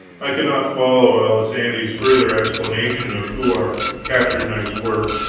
i could not follow alisande's further explanation of who our captured knights were,